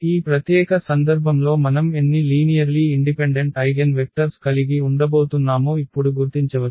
ఈ ప్రత్యేక సందర్భంలో మనం ఎన్ని లీనియర్లీ ఇండిపెండెంట్ ఐగెన్వెక్టర్స్ కలిగి ఉండబోతున్నామో ఇప్పుడు గుర్తించవచ్చు